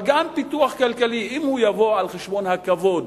אבל גם פיתוח כלכלי, אם הוא יבוא על חשבון הכבוד